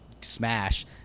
smash